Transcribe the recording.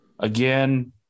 Again